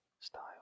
style